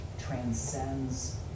transcends